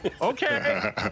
okay